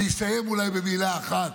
אני אסיים אולי במילה אחת.